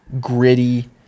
gritty